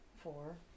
Four